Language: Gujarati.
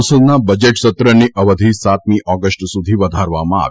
સંસદના બજેટસત્રની અવધિ સાતમી ઓગસ્ટ સુધી વધારવામાં આવી